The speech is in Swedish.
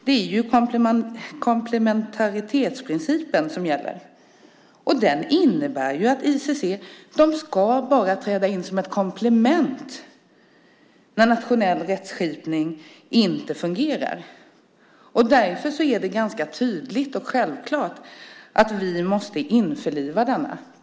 Det är ju komplementaritetsprincipen som gäller, och den innebär att ICC bara ska träda in som ett komplement när nationell rättskipning inte fungerar. Därför är det ganska tydligt och självklart att vi måste införliva Romstadgan.